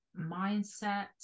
mindset